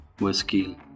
whiskey